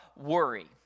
worry